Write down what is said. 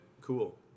cool